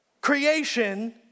creation